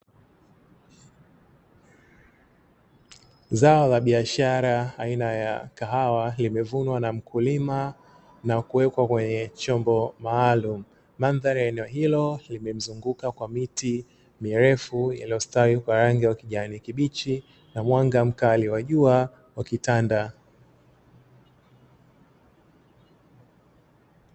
Zao la biashara aina ya kahawa limevunwa na mkulima na kuwekwa kwenye chombo maalumu, mandhari ya eneo hilo limemzunguka kwa miti mirefu iliyostawi kwa rangi ya ukijani kibichi na mwanga mkali wa jua ukitanda.